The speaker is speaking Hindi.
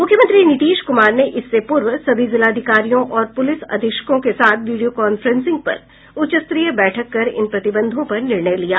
मुख्यमंत्री नीतीश कुमार ने इससे पूर्व सभी जिलाधिकारियों और पुलिस अधीक्षकों के साथ वीडियो कॉफ्रेंसिंग पर उच्चस्तरीय बैठक कर इन प्रतिबंधों पर निर्णय लिया